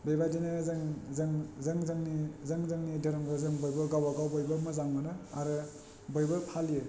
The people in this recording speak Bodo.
बे बायदिनो जों जों जों जोंनि जों जोंनि धोरोमखौ जों बयबो गावबागाव बयबो मोजां मोनो आरो बयबो फालियो